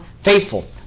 faithful